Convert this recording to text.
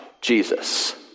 Jesus